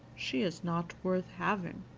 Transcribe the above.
she is not worth having.